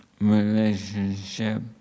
relationship